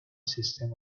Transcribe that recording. system